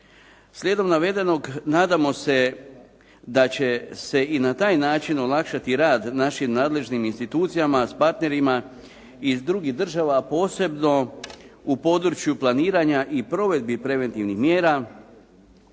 Slijedom navedenog nadamo se da će se i na taj način olakšati rad našim nadležnim institucijama s partnerima iz drugih država posebno u području planiranja i provedbi preventivnih mjera,